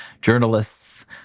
journalists